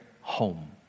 home